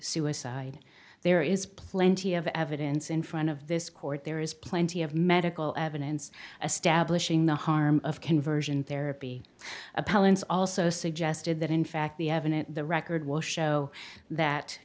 suicide there is plenty of evidence in front of this court there is plenty of medical evidence a stablish ing the harm of conversion therapy appellants also suggested that in fact the evidence the record will show that